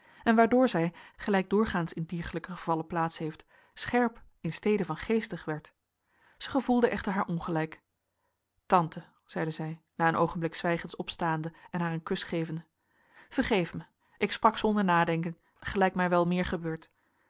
en waardoor zij gelijk doorgaans in diergelijke gevallen plaats heeft scherp in stede van geestig werd zij gevoelde echter haar ongelijk tante zeide zij na een oogenblik zwijgens opstaande en haar een kus gevende vergeef mij ik sprak zonder nadenken gelijk mij wel meer gebeurt